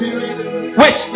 Wait